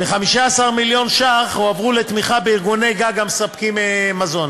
15 מיליון ש"ח הועברו לתמיכה בארגוני גג המספקים מזון.